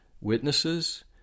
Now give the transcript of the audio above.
witnesses